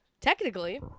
Technically